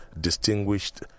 distinguished